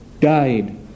died